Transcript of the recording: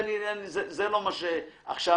זה הכי